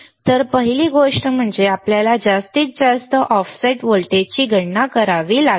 तर पहिली गोष्ट म्हणजे आपल्याला जास्तीत जास्त ऑफसेट व्होल्टेजची गणना करावी लागेल